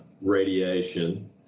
radiation